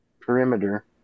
perimeter